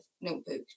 notebook